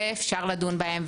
שאפשר לדון בהם,